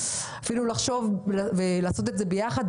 לכולם לחשוב איך עושים את זה ביחד.